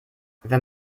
wenn